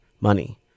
money